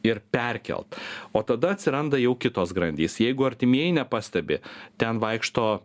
ir perkelt o tada atsiranda jau kitos grandys jeigu artimieji nepastebi ten vaikšto